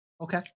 Okay